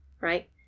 right